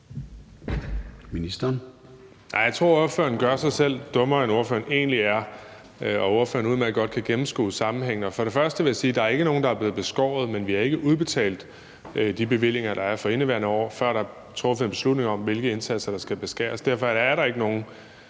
Jeg tror, at ordføreren gør sig selv dummere, end ordføreren egentlig er, og at ordføreren udmærket godt kan gennemskue sammenhængen. For det første vil jeg sige, at der ikke er nogen, der er blevet beskåret; men vi udbetaler ikke de bevillinger, der er, for indeværende år, før der er truffet en beslutning om, hvilke indsatser der skal beskæres. Derfor er der ikke endnu